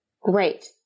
Great